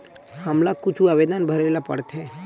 हमला कुछु आवेदन भरेला पढ़थे?